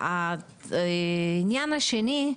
העניין השני,